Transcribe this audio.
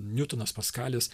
niutonas paskalis